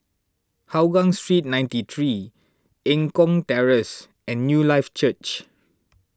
Hougang Street ninety three Eng Kong Terrace and Newlife Church